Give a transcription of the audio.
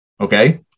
Okay